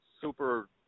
super